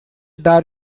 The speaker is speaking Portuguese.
dar